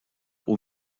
aux